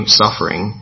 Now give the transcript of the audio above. suffering